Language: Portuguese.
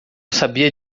sabia